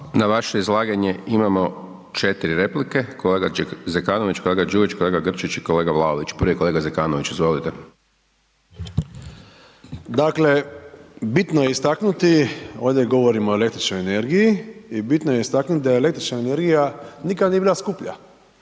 Na vaše izlaganje imamo 4 replika, kolega Zekanović, kolega Đujić, kolega Grčić, kolega Vlaović. Prvi je kolega Zekanović, izvolite. **Zekanović, Hrvoje (HRAST)** Dakle bitno je istaknuti ovdje govorimo o električnoj energiji, i bitno je istaknuti da električna energija nikada nije bila skuplja.